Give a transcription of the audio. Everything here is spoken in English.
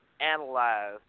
analyze